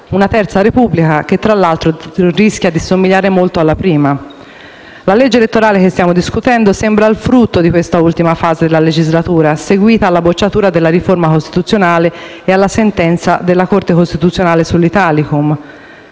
una Terza Repubblica che, tra l'altro, rischia di assomigliare molto alla Prima. La legge elettorale che stiamo discutendo sembra il frutto dell'ultima fase della legislatura, seguita alla bocciatura della riforma costituzionale e alla sentenza della Corte costituzionale sull'Italicum.